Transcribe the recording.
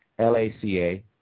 LACA